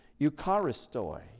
eucharistoi